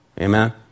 Amen